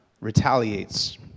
retaliates